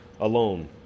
alone